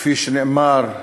כפי שנאמר,